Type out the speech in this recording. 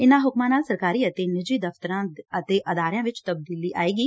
ਇਨੂਾਂ ਹੁਕਮਾਂ ਨਾਲ ਸਰਕਾਰੀ ਅਤੇ ਪ੍ਾਈਵੇਟ ਦਫ਼ਤਰਾਂ ਅਤੇ ਅਦਾਰਿਆਂ ਚ ਤਬਦੀਲੀ ਆਏਗੀ